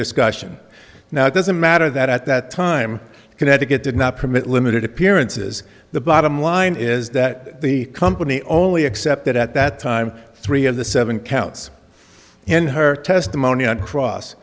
discussion now it doesn't matter that at that time connecticut did not permit limited appearances the bottom line is that the company only accepted at that time three of the seven counts in her testimony on cross